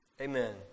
Amen